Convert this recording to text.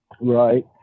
Right